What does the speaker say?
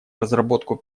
разработку